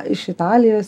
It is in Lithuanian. iš italijos